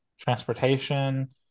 transportation